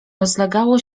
rozlegało